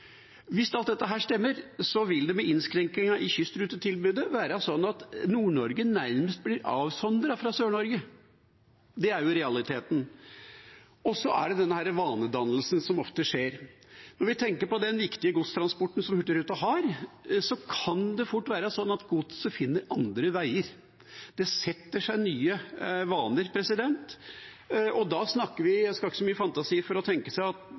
Hvis alt dette stemmer, vil det med innskrenkningen i kystrutetilbudet være slik at Nord-Norge nærmest blir avsondret fra Sør-Norge. Det er realiteten. Så er det denne vanedannelsen som ofte skjer. Når vi tenker på den viktige godstransporten som Hurtigruten har, kan det fort bli sånn at godset finner andre veier. Det setter seg nye vaner, og da skal det ikke så mye fantasi til for å tenke seg at